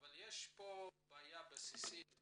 אבל יש פה בעיה בסיסית,